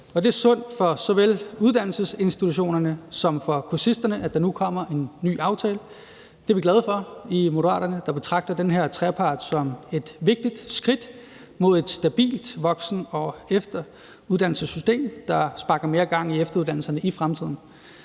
det er sundt for såvel uddannelsesinstitutionerne som for kursisterne, at der nu kommer en ny aftale. Det er vi glade for i Moderaterne, der betragter den her trepartsaftale som et vigtigt skridt mod et stabilt voksen- og efteruddannelsessystem, der sparker mere gang i efteruddannelserne i fremtiden.